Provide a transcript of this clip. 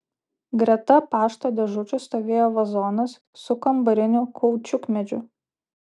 greta pašto dėžučių stovėjo vazonas su kambariniu kaučiukmedžiu